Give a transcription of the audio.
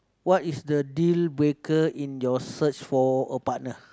what is the dealbreaker in your search for a partner